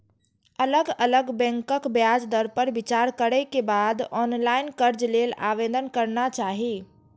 अलग अलग बैंकक ब्याज दर पर विचार करै के बाद ऑनलाइन कर्ज लेल आवेदन करना चाही